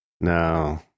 no